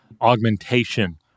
augmentation